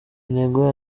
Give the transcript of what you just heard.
intego